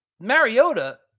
Mariota